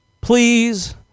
please